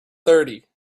thirty